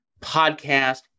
podcast